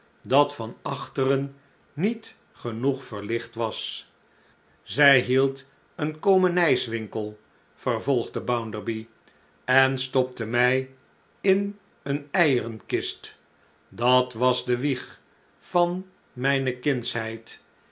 dat van achteren niet genoeg verlicht was zij hield een komenijswinkel vervolgde bounderby en stopte mij in een eierenkist dat was de wieg van mijne kindsheid